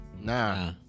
Nah